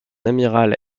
amiral